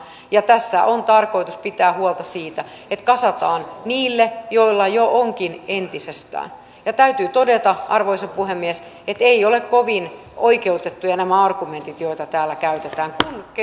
ja tässä on tarkoitus pitää huolta siitä että kasataan niille joilla jo onkin entisestään ja täytyy todeta arvoisa puhemies että eivät ole kovin oikeutettuja nämä argumentit joita täällä käytetään